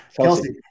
Kelsey